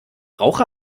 rauche